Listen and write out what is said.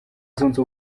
zunze